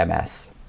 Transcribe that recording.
MS